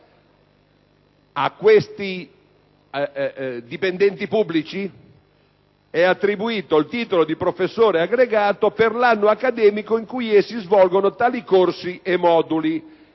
a questi dipendenti pubblici «è attribuito il titolo di professore aggregato per l'anno accademico in cui essi svolgono tali corsi e moduli.